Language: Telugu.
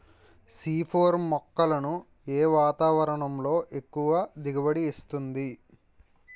సి ఫోర్ మొక్కలను ఏ వాతావరణంలో ఎక్కువ దిగుబడి ఇస్తుంది?